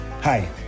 Hi